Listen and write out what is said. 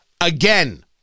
again